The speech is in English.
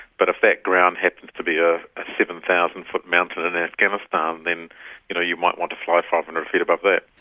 but if that ground happens to be a seven thousand foot mountain in afghanistan, then you know you might want to fly five hundred feet above that.